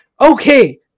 okay